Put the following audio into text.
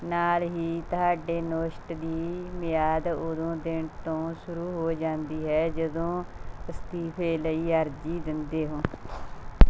ਨਾਲ ਹੀ ਤੁਹਾਡੇ ਦੀ ਮਿਆਦ ਉਦੋਂ ਦਿਨ ਤੋਂ ਸ਼ੁਰੂ ਹੋ ਜਾਂਦੀ ਹੈ ਜਦੋਂ ਅਸਤੀਫ਼ੇ ਲਈ ਅਰਜ਼ੀ ਦਿੰਦੇ ਹੋ